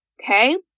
Okay